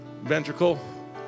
Ventricle